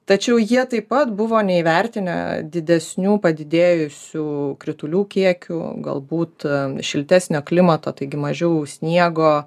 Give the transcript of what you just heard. tačiau jie taip pat buvo neįvertinę didesnių padidėjusių kritulių kiekių galbūt šiltesnio klimato taigi mažiau sniego